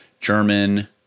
German